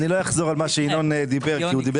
אני לא אחזור על מה שינון דיבר כי הוא דיבר